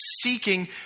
seeking